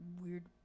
weird